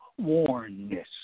wornness